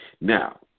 Now